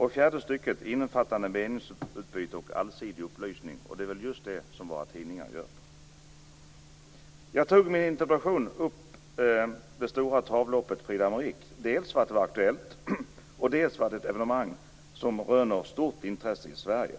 I fjärde stycket talas om fritt meningsutbyte och en allsidig upplysning, och det är väl just det som våra tidningar ägnar sig åt. Jag tog i min interpellation upp det stora travloppet Prix d'Amérique dels för att det var aktuellt, dels för att det är ett evenemang som röner stort intresse i Sverige.